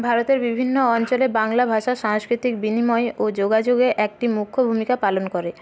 ভারতের বিভিন্ন অঞ্চলে বাংলা ভাষা সাংস্কৃতিক বিনিময় ও যোগাযোগে একটি মুখ্য ভূমিকা পালন করে